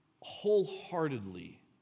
wholeheartedly